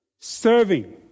serving